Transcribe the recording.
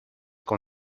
con